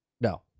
No